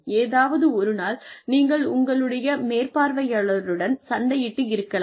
ஏதாவது ஒரு நாள் நீங்கள் உங்களுடைய மேற்பார்வையாளருடன் சண்டையிட்டு இருக்கலாம்